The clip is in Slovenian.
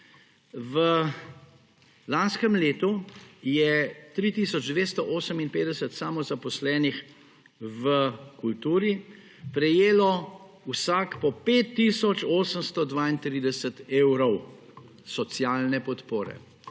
v lanskem letu je 3 tisoč 258 samozaposlenih v kulturi prejelo vsak po 5 tisoč 832 evrov socialne podpore.